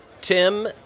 Tim